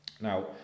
Now